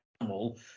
animal